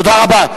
תודה רבה.